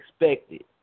expected